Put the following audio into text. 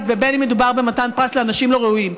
ובין שמדובר במתן פרס לאנשים לא ראויים,